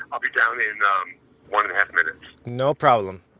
i'll be down in you know one-and-a-half minutes no problem.